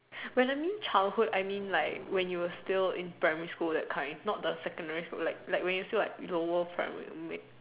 when I mean childhood I mean like when you were still in primary school that kind not the secondary school like like when you still like lower primary